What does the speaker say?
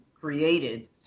created